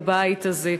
מהבית הזה.